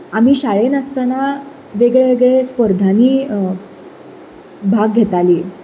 आमी शाळेंत आसतना वेगळ्या वेगळ्या स्पर्धांनी भाग घेतालीं